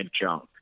junk